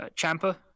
Champa